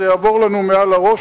זה יעבור לנו מעל לראש,